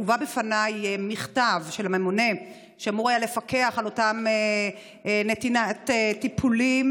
הובא בפניי מכתב של הממונה שאמור היה לפקח על נתינת הטיפולים.